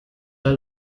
der